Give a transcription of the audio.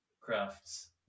crafts